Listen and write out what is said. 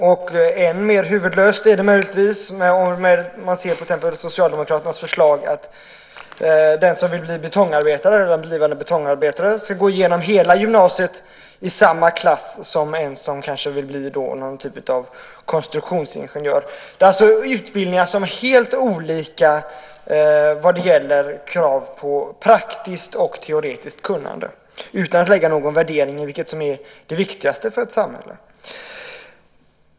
Ännu mer huvudlöst är möjligtvis till exempel Socialdemokraternas förslag om att en blivande betongarbetare ska gå igenom hela gymnasiet i samma klass som den som kanske vill bli någon typ av konstruktionsingenjör, alltså helt olika utbildningar vad gäller krav på praktiskt och teoretiskt kunnande - detta sagt utan att lägga någon värdering i vad som är det viktigaste för ett samhälle.